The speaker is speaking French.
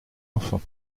enfant